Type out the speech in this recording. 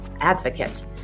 advocate